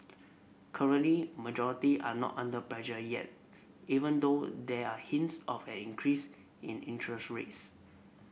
currently majority are not under pressure yet even though there are hints of an increase in interest rates